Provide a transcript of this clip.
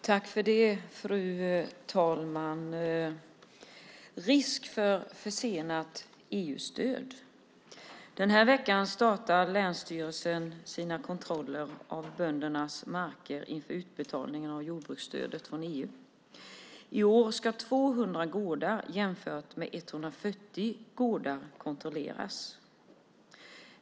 Fru talman! Det talas om risk för försenat EU-stöd. Den här veckan startar länsstyrelsen sina kontroller av böndernas marker inför utbetalningen av jordbruksstödet från EU. I år ska 200 gårdar, jämfört med 140 gårdar tidigare, kontrolleras.